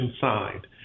signed